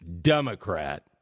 Democrat